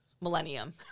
millennium